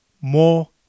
more